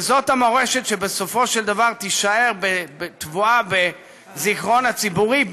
וזאת המורשת שבסופו של דבר תישאר טבועה בזיכרון הציבורי,